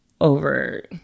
over